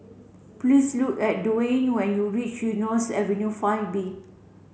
please look at Dewayne when you reach Eunos Avenue five B